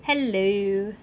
hello